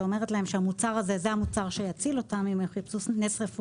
ואומרת להם שהמוצר הזה זה המוצר שיציל אותם אם הם חיפשו נס רפואי,